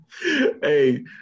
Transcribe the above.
Hey